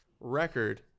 record